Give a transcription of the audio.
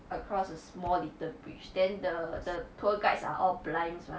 across a small little bridge then the the tour guides are all blinds mah